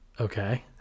Okay